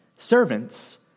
Servants